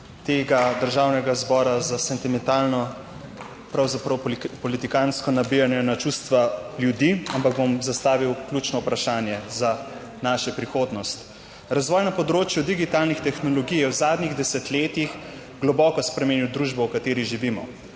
Državnega zbora za sentimentalno, pravzaprav politikantsko nabijanje na čustva ljudi, ampak bom zastavil ključno vprašanje za našo prihodnost. Razvoj na področju digitalnih tehnologij je v zadnjih desetletjih globoko spremenil družbo, v kateri živimo.